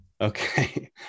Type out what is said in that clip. Okay